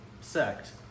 sect